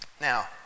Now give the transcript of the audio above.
Now